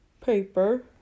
paper